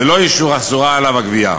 ללא אישור אסורה עליו הגבייה,